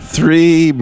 Three